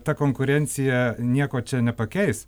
ta konkurencija nieko čia nepakeis